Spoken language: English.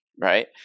right